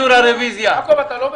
אתה לא בסדר.